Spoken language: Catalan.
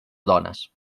dones